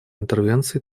интервенции